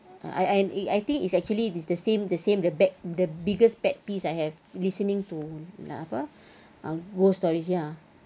I I I think is actually is the same the same the pet the biggest pet peeves I have listening to uh apa ah ghost stories ya